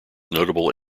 notable